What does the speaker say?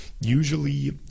usually